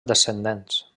descendents